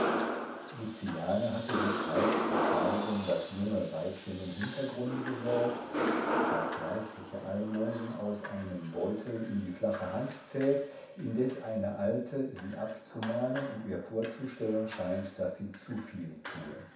hatte sich halb bescheiden das junge weibchen im hintergrunde gewählt das reichliche almosen aus einem beutel in die flache hand zählt indes eine alte sie abzumahnen und ihr vorzustellen scheint daß sie zuviel tue